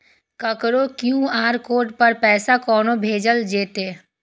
ककरो QR code पर पैसा कोना भेजल जेतै?